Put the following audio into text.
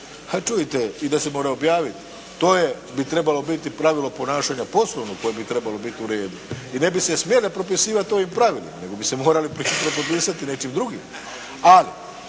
A čujte, i da se mora objaviti, to je, bi trebalo biti pravilo ponašanje poslova koje bi trebalo biti u redu. I ne bi se smjele propisivati ovim pravilima nego bi se morali propisati nečim drugim.